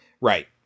Right